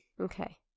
Okay